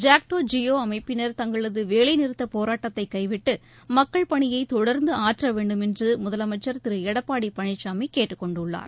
ஜாக்டோ ஜியோ அமைப்பினர் தங்களது வேலை நிறுத்தப் போராட்டத்தை கைவிட்டு மக்கள் பணியை தொடர்ந்த ஆற்ற வேண்டும் என முதலமைச்சர் திரு எடப்பாடி பழனிசாமி கேட்டுக் கொண்டுள்ளார்